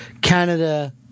Canada